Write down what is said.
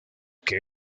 que